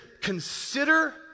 Consider